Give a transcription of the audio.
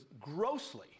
grossly